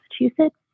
Massachusetts